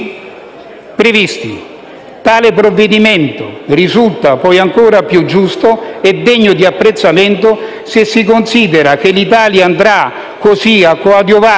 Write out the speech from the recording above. previsti. Tale provvedimento risulta, poi, ancor più giusto e degno di apprezzamento se si considera che l'Italia andrà così a coadiuvare